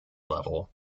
level